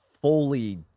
fully